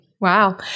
Wow